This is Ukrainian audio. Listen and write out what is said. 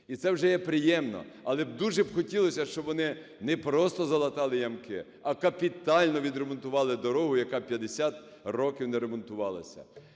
І це вже є приємно. Але б дуже хотілося, щоб вони не просто залатали ямки, а капітально відремонтували дорогу, яка 50 років не ремонтувалася.